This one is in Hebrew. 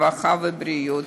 הרווחה והבריאות.